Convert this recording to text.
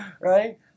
right